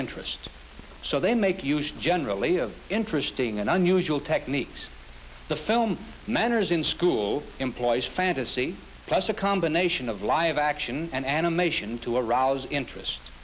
interest so they make huge generally of interesting and unusual techniques the film manners in school implies fantasy plus a combination of live action and animal action to arouse interest